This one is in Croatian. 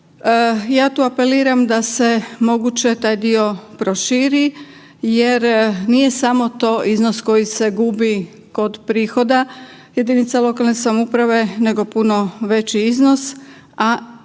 Ja tu apeliram da se moguće taj dio proširi jer nije samo to iznos koji se gubi kod prihoda jedinica lokalne samouprave nego puno veći iznos, a to bi